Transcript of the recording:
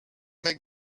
make